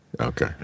okay